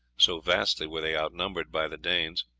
so vastly were they out-numbered by the danes.